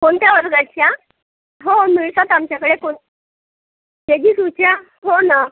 कोणत्या वर्गाच्या हो मिळतात आमच्याकडे को के जी टूच्या हो ना